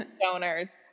Donors